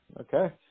Okay